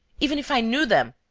even if i knew them,